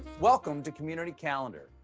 welcome to community calendar,